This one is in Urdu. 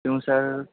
کیوں سر